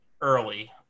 early